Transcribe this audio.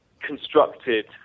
constructed